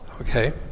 okay